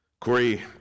Corey